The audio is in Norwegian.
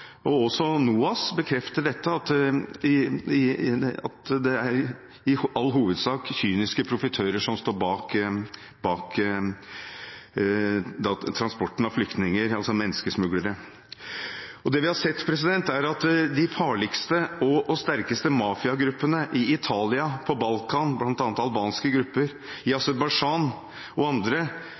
Også NOAS bekrefter at det i all hovedsak er kyniske profitører, menneskesmuglere, som står bak transporten av flyktninger. Det vi har sett, er at de farligste og sterkeste mafiagruppene i Italia, på Balkan, bl.a. albanske grupper, i Aserbajdsjan og andre